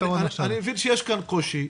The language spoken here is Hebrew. אני מבין שיש כאן קושי.